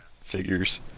figures